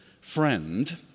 friend